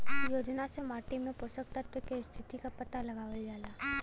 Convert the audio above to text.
योजना से माटी में पोषक तत्व के स्थिति क पता लगावल जाला